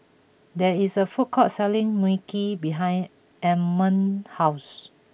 there is a food court selling Mui Kee behind Emanuel's house